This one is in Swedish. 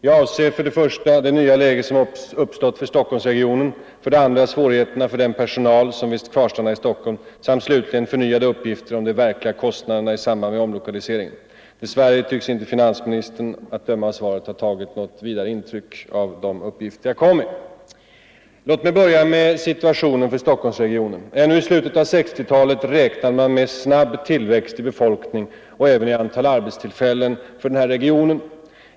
Jag avser för det första det nya läge som uppstått för Stockholmsregionen, för det andra svårigheterna för den personal som vill kvarstanna i Stockholm samt slutligen förnyade uppgifter om de verkliga kostnaderna i samband med omlokaliseringen. Dess värre tycks inte finansministern, att döma av svaret, ha tagit något vidare intryck av de uppgifter jag kom med. Låt mig börja med situationen för Stockholmsregionen. Ännu i slutet av 1960-talet räknade man med snabb tillväxt av befolkning och även av antalet arbetstillfällen i den här regionen.